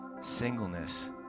Singleness